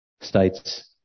states